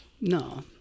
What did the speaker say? no